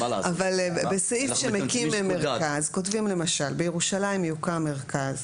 בסעיף שמקים מרכז כותבים למשל: בירושלים יוקם מרכז.